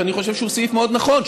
שאני חושב שהוא סעיף מאוד נכון,